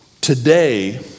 Today